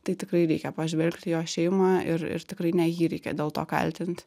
tai tikrai reikia pažvelgt į jo šeimą ir ir tikrai ne jį reikia dėl to kaltint